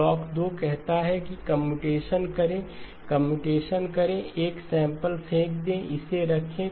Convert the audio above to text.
block 2 कहता है कि कम्प्यूटेशन करें कम्प्यूटेशन करें 1 सैंपल फेंक दें इसे रखें